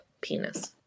penis